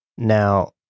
Now